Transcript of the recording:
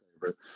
favorite